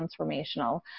transformational